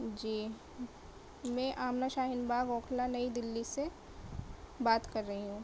جی میں آمنہ شاہین باغ اوکھلا نئی دہلی سے بات کر رہی ہوں